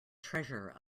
treasure